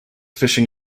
fishing